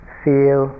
feel